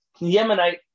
Yemenite